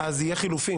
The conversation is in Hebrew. אז יהיה חילופים.